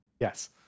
yes